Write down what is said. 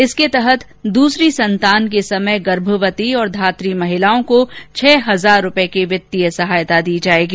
इसके तहत दूसरी संतान के समय गर्भवती और धात्री महिलाओं को छह हजार रूपए की वित्तीय सहायता दी जाएगी